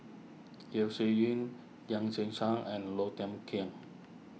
Yeo Shih Yun Yan Qing Chang and Low Thia Khiang